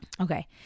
Okay